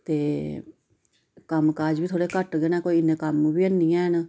ते कम्म काज बी थोह्ड़े घट्ट गै न कोई इन्ने कम्म बी हैनी हैन